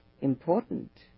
important